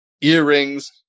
earrings